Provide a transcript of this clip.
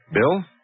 Bill